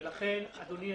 ולכן אדוני,